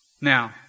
Now